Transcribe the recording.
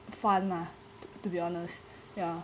fun ah to be honest ya